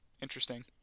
interesting